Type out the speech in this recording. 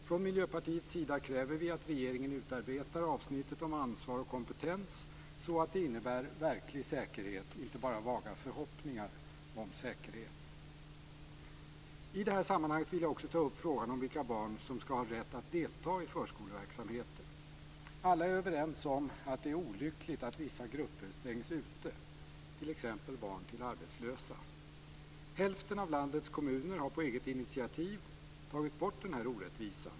Från Miljöpartiets sida kräver vi att regeringen utarbetar avsnittet om ansvar och kompetens så att det innebär verklig säkerhet, inte bara vaga förhoppningar om säkerhet. I detta sammanhang vill jag också ta upp frågan om vilka barn som skall ha rätt att delta i förskoleverksamheten. Alla är överens om att det är olyckligt att vissa grupper stängs ute, t.ex. barn till arbetslösa. Hälften av landets kommuner har på eget initiativ tagit bort denna orättvisa.